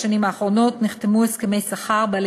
בשנים האחרונות נחתמו הסכמי שכר בעלי